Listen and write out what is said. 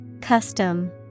Custom